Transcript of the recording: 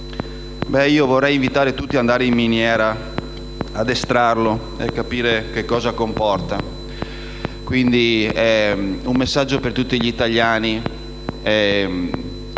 Vorrei invitare tutti ad andare in miniera a estrarlo per capire cosa comporta. È un messaggio per tutti gli italiani.